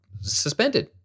suspended